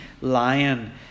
lion